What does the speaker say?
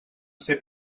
ser